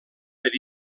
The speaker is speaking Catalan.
per